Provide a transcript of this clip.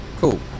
Cool